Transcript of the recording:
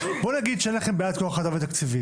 בוא נגיד שאין לכם בעיית כוח אדם ותקציבים,